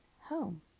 home